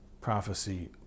prophecy